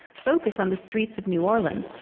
focus on the streets of new orleans,